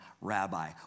rabbi